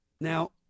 Now